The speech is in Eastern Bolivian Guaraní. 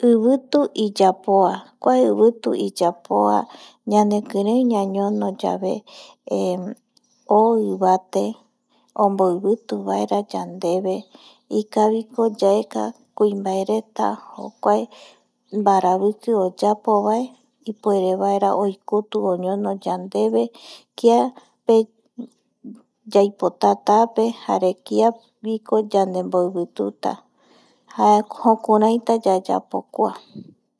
Ivitu iyapoa kua iviti iyapoa ñanekirei ñañono yave o ivate omboivitu vaera yandeve ikaviko kuimbaereta jokuae mbaraviki oyapo vae ipuerevaera oikutu oñono yandeve kiape yaipotatape kiaguiko yandemboivituta jokuraita yayapo kua.